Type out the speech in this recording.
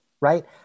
right